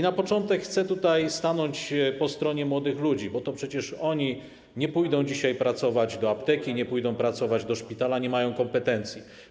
Na początek chcę tutaj stanąć po stronie młodych ludzi, bo to przecież oni nie pójdą dzisiaj pracować do apteki, nie pójdą pracować do szpitala, nie mają kompetencji.